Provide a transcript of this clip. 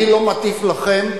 אני לא מטיף לכם.